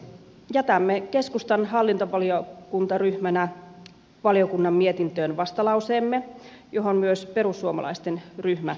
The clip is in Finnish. jätämme keskustan hallintovaliokuntaryhmänä valiokunnan mietintöön vastalauseemme johon myös perussuomalaisten ryhmä yhtyi